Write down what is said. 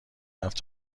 رفت